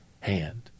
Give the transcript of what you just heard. hand